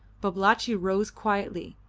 babalatchi rose quietly,